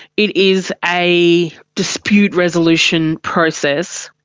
it is a dispute resolution process.